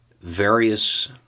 various